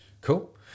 Cool